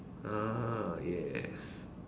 ah yes